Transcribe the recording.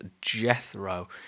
Jethro